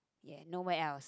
ya no where else